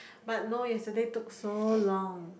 but no yesterday took so long